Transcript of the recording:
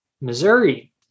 Missouri